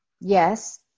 yes